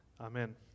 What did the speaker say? Amen